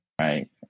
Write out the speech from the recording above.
Right